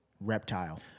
Reptile